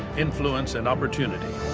influence, and opportunity.